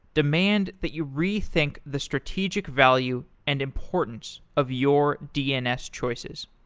demand that you rethink the strategic value and importance of your dns choices.